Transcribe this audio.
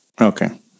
Okay